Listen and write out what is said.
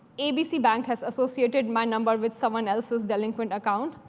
abc bank has associated my number with someone else's delinquent account.